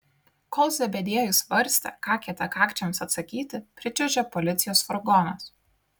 kol zebediejus svarstė ką kietakakčiams atsakyti pričiuožė policijos furgonas